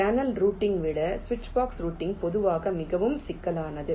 channel routing விட switch box routing பொதுவாக மிகவும் சிக்கலானது